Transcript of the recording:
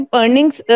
earnings